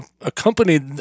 accompanied